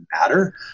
matter